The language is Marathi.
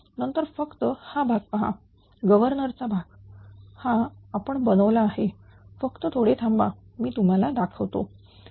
नंतर फक्त हा भाग पहा गव्हर्नर चा भाग हा आपण बनवला आहे फक्त थोडे थांबा मी तुम्हाला दाखवतो